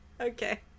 Okay